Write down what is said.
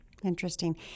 Interesting